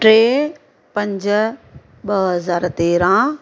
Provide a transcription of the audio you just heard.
टे पंज ॿ हज़ार तेरहं